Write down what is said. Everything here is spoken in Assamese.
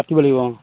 পাতিব লাগিব অ